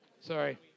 Sorry